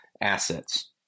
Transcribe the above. assets